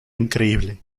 increíble